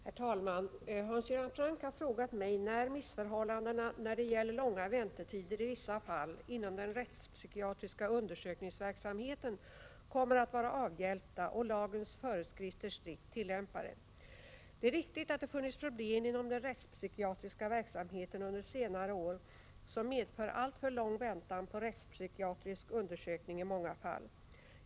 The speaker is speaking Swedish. Herr talman! Hans Göran Franck har frågat mig när missförhållandena när det gäller långa väntetider i vissa fall inom den rättspsykiatriska undersökningsverksamheten kommer att vara avhjälpta och lagens föreskrifter strikt tillämpade. Det är riktigt att det har funnits problem inom den rättspsykiatriska verksamheten under senare år som i många fall medfört alltför lång väntan på rättspsykiatrisk undersökning.